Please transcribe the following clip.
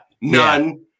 None